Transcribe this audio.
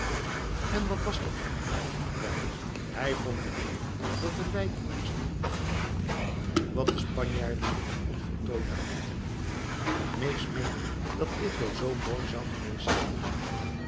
en wat was dat dan wel hij vond het jammer dat de leidenaars niet afgemaakt hebben wat de spanjaarden er onvoltooid aan lieten mees meende dat dit wel zoo mooi zou geweest zijn